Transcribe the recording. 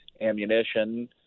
ammunition